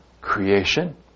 creation